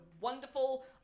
wonderful